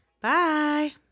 Bye